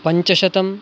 पञ्चशतम्